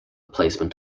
placement